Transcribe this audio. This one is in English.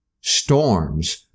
storms